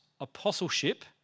apostleship